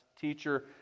teacher